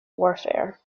warfare